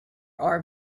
are